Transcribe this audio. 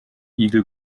igel